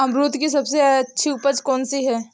अमरूद की सबसे अच्छी उपज कौन सी है?